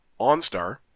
OnStar